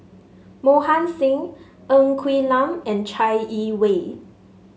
Mohan Singh Ng Quee Lam and Chai Yee Wei